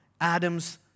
Adam's